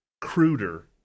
cruder